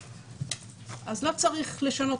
אז לא צריך לשנות.